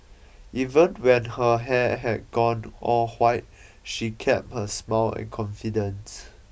even when her hair had gone all white she kept her smile and confidence